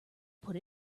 put